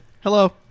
Hello